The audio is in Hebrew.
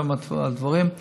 אותם הדברים,